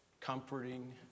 comforting